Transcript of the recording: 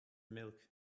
milk